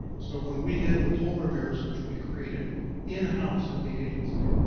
so when we did the polar bears, which we created in-house at the agency,